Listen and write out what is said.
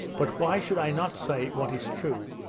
but why should i not say what is true?